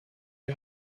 die